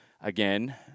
Again